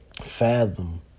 fathom